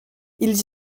ils